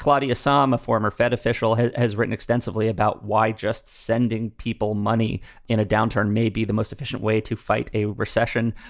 claudia sam, a former fed official, has has written extensively about why just sending people money in a downturn may be the most efficient way to fight a recession,